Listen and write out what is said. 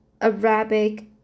Arabic